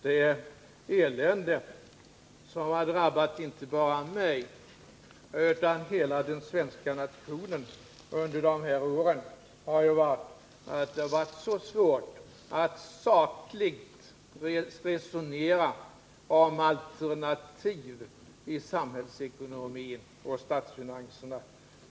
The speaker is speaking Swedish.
Det elände som under dessa år har drabbat inte bara mig utan hela den svenska nationen har kännetecknats av att det har varit så svårt att sakligt resonera om alternativ när det gällt samhällsekonomin och statsfinanserna.